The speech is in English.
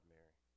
Mary